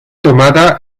tomada